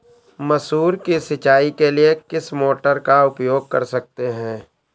मसूर की सिंचाई के लिए किस मोटर का उपयोग कर सकते हैं?